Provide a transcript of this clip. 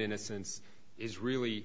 innocence is really